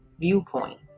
viewpoint